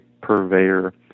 purveyor